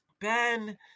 Ben